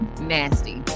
Nasty